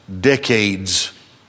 decades